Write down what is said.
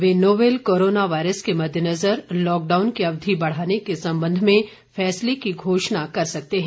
वे novel corona virus के मद्देनजर lockdown की अवधि बढाने के संबंध में फैसले की घोषणा कर सकते हैं